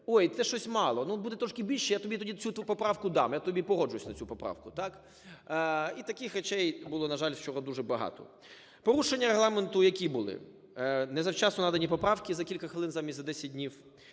Ой, це щось мало. Ну, буде трошки більше, я тобі тоді цю твою поправку дам, я тобі погоджусь на цю поправку". Так? І таких речей було, на жаль, вчора дуже багато. Порушення Регламенту які були? Не завчасно надані поправки – за кілька хвилин замість за 10 днів,